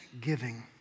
giving